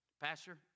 pastor